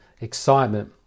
excitement